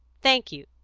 thank you,